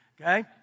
Okay